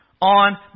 on